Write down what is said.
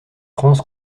france